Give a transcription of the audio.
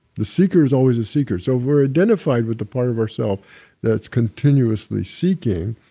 the seeker is always a seeker, so if we're identifying with the part of ourself that's continuously seeking,